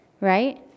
right